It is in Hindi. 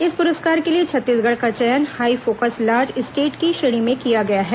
इस पुरस्कार के लिए छत्तीसगढ़ का चयन हाईफोकस लार्ज स्टेट की श्रेणी में किया गया है